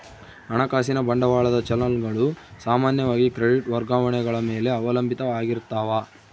ಹಣಕಾಸಿನ ಬಂಡವಾಳದ ಚಲನ್ ಗಳು ಸಾಮಾನ್ಯವಾಗಿ ಕ್ರೆಡಿಟ್ ವರ್ಗಾವಣೆಗಳ ಮೇಲೆ ಅವಲಂಬಿತ ಆಗಿರ್ತಾವ